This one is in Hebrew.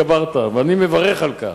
על זה התגברת, ואני מברך על כך.